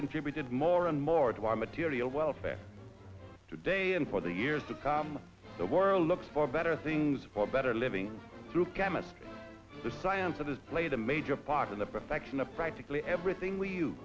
contributed more and more to our material welfare today and for the years to come the world looks for better things for better living through chemistry the science that has played a major part in the perfection of practically everything we